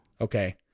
Okay